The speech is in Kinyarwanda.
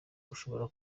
bushobora